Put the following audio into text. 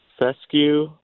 fescue